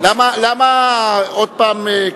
לא שומעים.